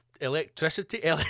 electricity